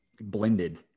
blended